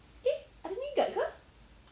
eh ada knee guard ke ah